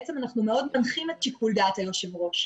בעצם אנחנו מאוד מנחים את שיקול דעת היושב-ראש.